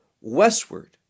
westward